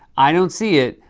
i don't see it,